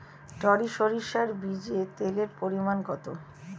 টরি সরিষার বীজে তেলের পরিমাণ কত?